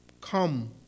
come